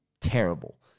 terrible